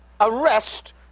arrest